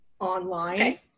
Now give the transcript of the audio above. online